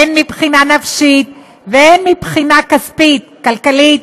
הן מבחינה נפשית והן מבחינה כספית-כלכלית,